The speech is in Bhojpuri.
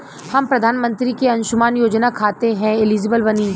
हम प्रधानमंत्री के अंशुमान योजना खाते हैं एलिजिबल बनी?